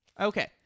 Okay